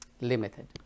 limited